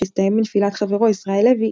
שהסתיים בנפילת חברו ישראל לוי,